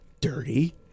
dirty